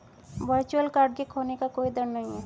virtual card के खोने का कोई दर नहीं है